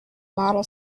model